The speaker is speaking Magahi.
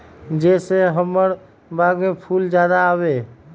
जे से हमार बाग में फुल ज्यादा आवे?